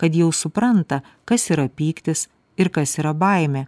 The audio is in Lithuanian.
kad jau supranta kas yra pyktis ir kas yra baimė